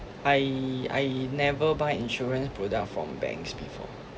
I I never buy insurance product from banks before